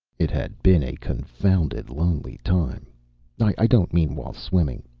it had been a confounded lonely time i don't mean while swimming.